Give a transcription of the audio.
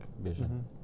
vision